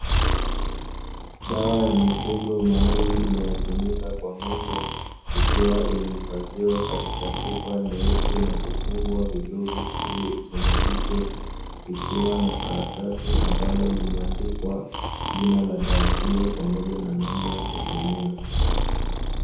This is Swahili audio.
Dawa ya mifugo maalumu inayotumika kwa Ng'ombe ikiwa imehifadhiwa katika chupa nyeusi na kufungwa vizuri ili isimwagike ikiwa na karatasi ambalo limeandikwa jina la dawa hiyo pamoja na namna ya kutumia.